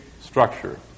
structure